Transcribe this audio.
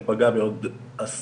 הוא פגע בעוד עשרות,